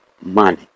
Money